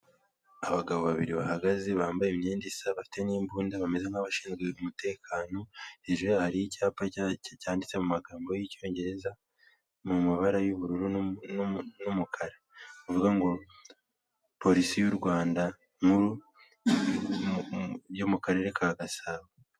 Abagabo babiri bahagaze bambaye imyenda isa bafite n'imbunda bameze nk'abashinzwe umutekano hejuru hari icyapa cyanyanditse mu magambo y'icyongereza mu mabara y'ubururu n'umukara avuga ngo porisi y'u Rwanda nk'uru yo mu karere ka Gasabo.